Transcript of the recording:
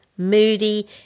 moody